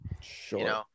Sure